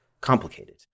complicated